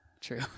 True